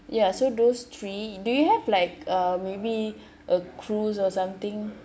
ya so those three do you have like uh maybe a cruise or something